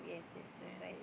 then